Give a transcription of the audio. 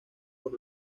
por